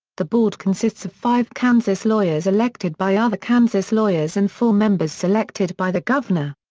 the board consists of five kansas lawyers elected by other kansas lawyers and four members selected by the governor.